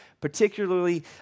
particularly